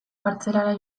kartzelara